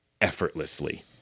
effortlessly